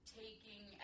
taking